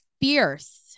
fierce